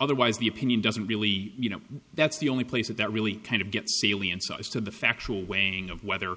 otherwise the opinion doesn't really you know that's the only place that really kind of gets salient sides to the factual weighing of whether